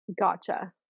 Gotcha